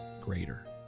greater